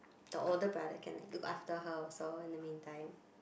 the older brother can look after her also in the meantime